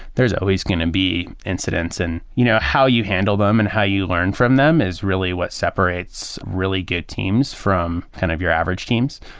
there's always going to be incidents. and you know how you handle them and how you learn from them is really what separates really good teams from kind of your average teams.